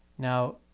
Now